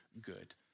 good